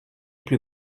plus